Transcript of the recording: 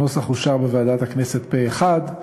הנוסח אושר בוועדת הכנסת פה-אחד,